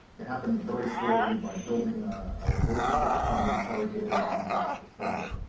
it happened very slowly, by building a relationship between the interrogator and the subject.